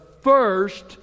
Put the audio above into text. first